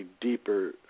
deeper